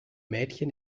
mädchen